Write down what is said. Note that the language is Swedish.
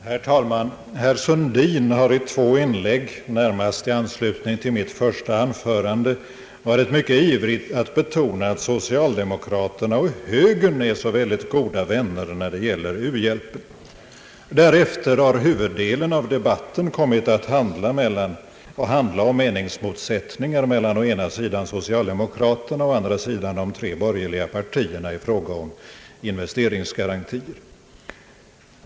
Herr talman! Herr Sundin har i två inlägg, närmast i anslutning till mitt första anförande, varit mycket ivrig att betona att socialdemokraterna och högern är så väldigt goda vänner när det gäller u-hjälpen. Därefter har huvuddelen av debatten kommit att handla om meningsmotsättningar mellan å ena sidan socialdemokraterna och å andra sidan de tre borgerliga partierna i fråga om invensteringsgarantier.